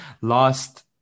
last